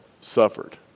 suffered